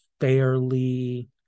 fairly